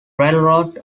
railroad